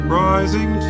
rising